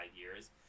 years